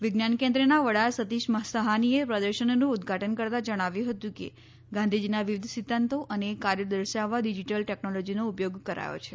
વિજ્ઞાન કેન્દ્રના વડા સતીષ સહાનીએ પ્રદર્શનનું ઉદ્વાટન કરતાં જણાવ્યું હતું કે ગાંધીજીના વિવિધ સિદ્ધાંતો અને કાર્યો દર્શાવવા ડીજીટલ ટેકનોલોજીનો ઉપયોગ કરાયો છે